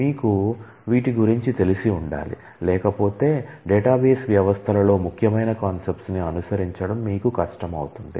మీకు వీటి గురించి తెలిసి ఉండాలి లేకపోతే డేటాబేస్ వ్యవస్థలలో ముఖ్యమైన కాన్సెప్ట్స్ ని అనుసరించడం మీకు కష్టమవుతుంది